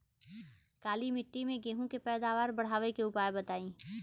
काली मिट्टी में गेहूँ के पैदावार बढ़ावे के उपाय बताई?